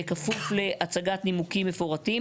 בכפוף להצגת נימוקים מפורטים".